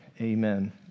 amen